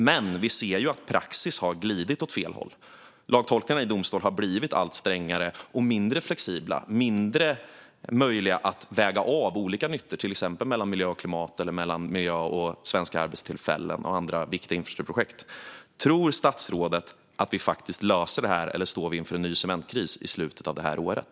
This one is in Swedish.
Men vi ser ju att praxis har glidit åt fel håll. Lagtolkningarna i domstol har blivit allt strängare och mindre flexibla. Det är inte möjligt att på samma sätt väga av olika nyttor, till exempel mellan miljö och klimat, miljö och svenska arbetstillfällen samt andra infrastrukturprojekt. Tror statsrådet att vi löser detta, eller står vi inför en ny cementkris i slutet av året?